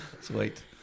Sweet